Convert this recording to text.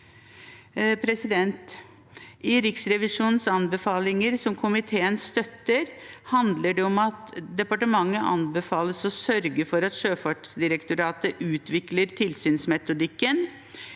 I Riksrevisjonens anbefalinger, som komiteen støtter, handler det om at departementet anbefales å sørge for at Sjøfartsdirektoratet utvikler tilsynsmetodikken,